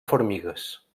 formigues